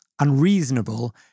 unreasonable